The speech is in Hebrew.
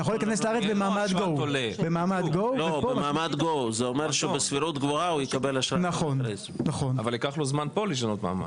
יכול להיכנס לארץ במעמד GO. אבל ייקח לו פה זמן לשנות מעמד.